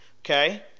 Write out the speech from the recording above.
okay